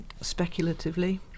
speculatively